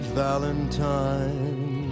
valentine